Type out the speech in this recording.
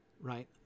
right